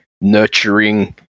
nurturing